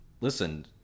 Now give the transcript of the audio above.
Listen